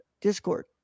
Discord